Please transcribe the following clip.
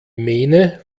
mähne